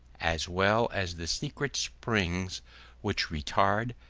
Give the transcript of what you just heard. as well as the secret springs which retard,